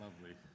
lovely